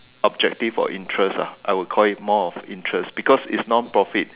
objective or interest ah I would call it more of interest because it's non profit